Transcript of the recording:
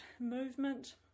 movement